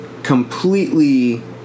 completely